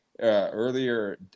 earlier